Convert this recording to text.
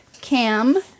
Cam